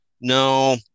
no